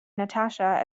natasha